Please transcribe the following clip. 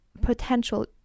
potential